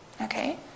Okay